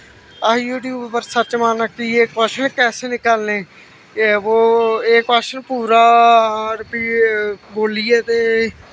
अस यूट्यूब उप्पर सर्च मारना कि ये कवाशन कैसे निकालें एह् ओह् एह् कवाशन पूरा बोलियै ते